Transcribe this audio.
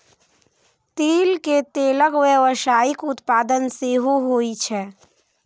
तिल के तेलक व्यावसायिक उत्पादन सेहो होइ छै